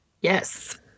yes